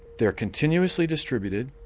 they are continuously distributed,